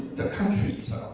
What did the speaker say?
the countries,